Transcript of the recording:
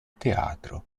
teatro